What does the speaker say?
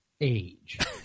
age